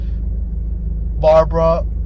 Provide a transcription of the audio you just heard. Barbara